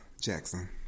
Jackson